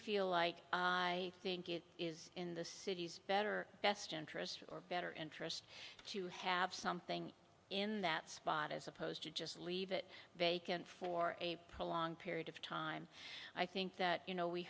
feel like i think it is in the city's better best interest or better interest to have something in that spot as opposed to just leave it vacant for a prolonged period of time i think that you know we